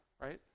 right